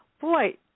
boy